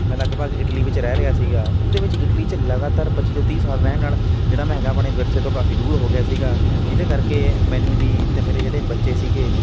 ਮੈਂ ਲਗਭਗ ਇਟਲੀ ਵਿੱਚ ਰਹਿ ਰਿਹਾ ਸੀਗਾ ਉਹਦੇ ਵਿੱਚ ਇਟਲੀ 'ਚ ਲਗਾਤਾਰ ਪੱਚੀ ਤੋਂ ਤੀਹ ਸਾਲ ਰਹਿਣ ਨਾਲ ਜਿਹੜਾ ਮੈਂ ਹੈਗਾ ਆਪਣੇ ਵਿਰਸੇ ਤੋਂ ਕਾਫੀ ਦੂਰ ਹੋ ਗਿਆ ਸੀਗਾ ਜਿਹਦੇ ਕਰਕੇ ਮੈਨੂੰ ਵੀ ਅਤੇ ਮੇਰੇ ਜਿਹੜੇ ਬੱਚੇ ਸੀਗੇ